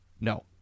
No